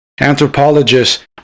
anthropologists